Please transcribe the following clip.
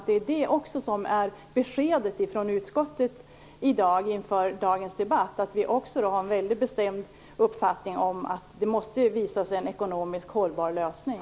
Det är det som är beskedet från utskottet inför dagens debatt. Vi har en mycket bestämd uppfattning om att det måste visas en ekonomiskt hållbar lösning.